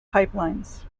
pipelines